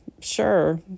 sure